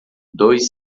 dois